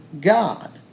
God